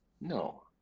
No